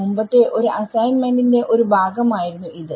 മുമ്പത്തെ ഒരു അസൈൻമെന്റ് ന്റെ ഒരു ഭാഗം ആയിരുന്നു ഇത്